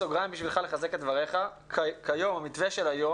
אני רוצה לחזק את דבריך ולהגיד שבמתווה של היום